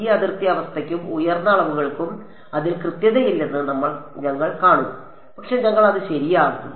ഈ അതിർത്തി അവസ്ഥയ്ക്കും ഉയർന്ന അളവുകൾക്കും അതിൽ കൃത്യതയില്ലെന്ന് ഞങ്ങൾ കാണും പക്ഷേ ഞങ്ങൾ അത് ശരിയാകും